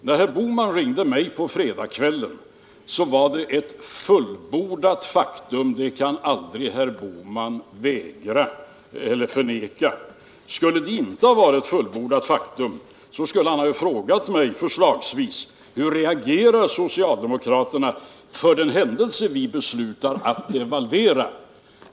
När herr Bohman ringde mig på fredagkvällen var devalveringsbeslutet ett fullbordat faktum. Det kan herr Bohman aldrig förneka. Om det inte hade varit ett fullbordat faktum, skulle han förslagsvis ha frågat mig: Hur kommer socialdemokraterna att reagera för den händelse vi beslutar att devalvera?